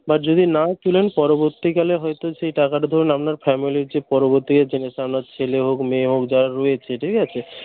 বা যদি নাও তুলেন পরবর্তীকালে হয়তো সেই টাকাটা ধরুন আপনার ফ্যামিলির যে পরবর্তী ছেলে হোক মেয়ে হোক যারা রয়েছে ঠিক আছে